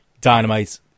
dynamite